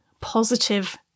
positive